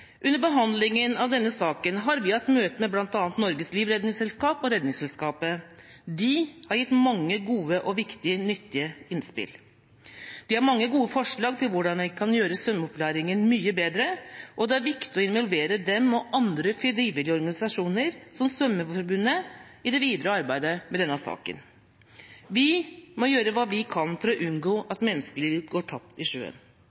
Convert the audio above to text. Under behandlingen av denne saken har vi hatt møte med bl.a. Norges Livredningsselskap og Redningsselskapet. De har gitt mange gode, viktige og nyttige innspill. De har mange gode forslag til hvordan en kan gjøre svømmeopplæringen mye bedre, og det er viktig å involvere dem og andre frivillige organisasjoner, som Svømmeforbundet, i det videre arbeidet med denne saken. Vi må gjøre hva vi kan for å unngå at menneskeliv går tapt i sjøen.